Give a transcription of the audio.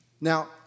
Now